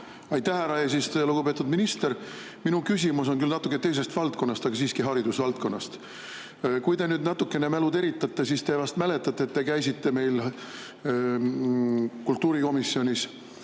Aitäh, härra eesistuja! Lugupeetud minister! Minu küsimus on küll natuke teisest valdkonnast, aga siiski haridusvaldkonnast. Kui te nüüd natukene mälu teritate, siis te vast mäletate, et te käisite meil kultuurikomisjonis,